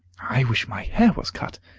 i wish my hair was cut!